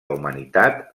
humanitat